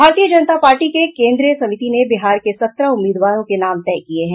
भारतीय जनता पाटी के केन्द्रीय समिति ने बिहार के सत्रह उम्मीदवारों के नाम तय किये हैं